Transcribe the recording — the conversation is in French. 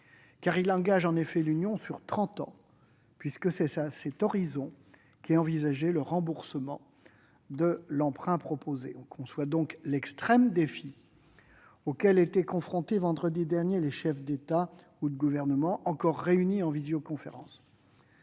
car il engage l'Union sur trente ans. C'est en effet à cet horizon qu'est envisagé le remboursement de l'emprunt proposé. On conçoit donc l'extrême défi auquel étaient confrontés vendredi dernier les chefs d'État et de gouvernement encore réunis en visioconférence.